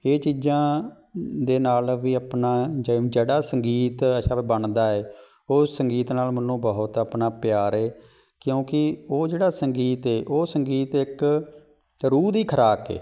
ਇਹ ਚੀਜ਼ਾਂ ਦੇ ਨਾਲ ਵੀ ਆਪਣਾ ਜਿ ਜਿਹੜਾ ਸੰਗੀਤ ਅੱਛਾ ਵੀ ਬਣਦਾ ਏ ਉਹ ਸੰਗੀਤ ਨਾਲ ਮੈਨੂੰ ਬਹੁਤ ਆਪਣਾ ਪਿਆਰ ਏ ਕਿਉਂਕਿ ਉਹ ਜਿਹੜਾ ਸੰਗੀਤ ਏ ਉਹ ਸੰਗੀਤ ਇੱਕ ਰੂਹ ਦੀ ਖੁਰਾਕ ਏ